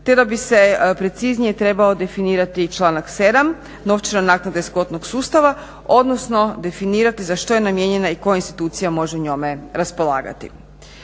da bi se preciznije trebao definirati članak 7.novčana naknada iz kvotnog sustava odnosno definirati za što je namijenjena i koja institucija može njome raspolagati.